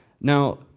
Now